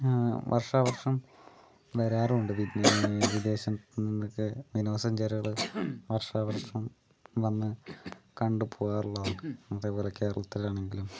വർഷാവർഷം വരാറുണ്ട് വിധേ വിദേശത്തുന്നൊക്കെ വിനോദ സഞ്ചാരികള് വർഷാവർഷം വന്ന് കണ്ട് പോകാറുള്ളതാണ് അതേപോലെ കേരളത്തിൽ ആണെങ്കിലും